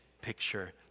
picture